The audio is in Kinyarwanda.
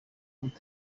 umuti